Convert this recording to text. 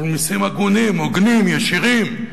אבל מסים הגונים, הוגנים, ישירים,